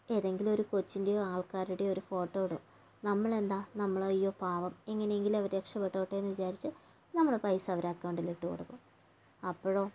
ഏതെങ്കിലും ഒരു കൊച്ചിൻ്റെയോ ആൾക്കാരുടെയോ ഒരു ഫോട്ടോ ഇടും നമ്മളെന്താണ് നമ്മൾ അയ്യോ പാവം എങ്ങനെയെങ്കിലും അവർ രക്ഷപ്പെടട്ടേന്ന് വിചാരിച്ച് നമ്മൾ പൈസ അവരുടെ അക്കൗണ്ടിൽ ഇട്ടു കൊടുക്കും അപ്പോഴോ